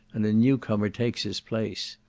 and a new comer takes his place.